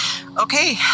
Okay